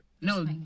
no